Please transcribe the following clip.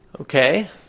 Okay